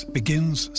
begins